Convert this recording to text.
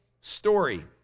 story